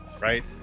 right